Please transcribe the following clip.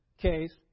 case